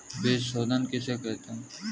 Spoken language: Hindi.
बीज शोधन किसे कहते हैं?